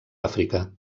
àfrica